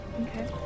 Okay